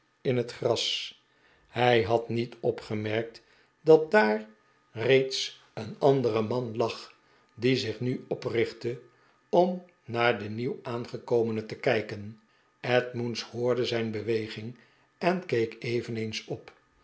in het gras hij had niet opgemerkt dat daar reeds een andere man lag die zich nu oprichtte om naar den nieuw aangekomene te kijken edmunds hoorde zijn beweging en keek eveneens op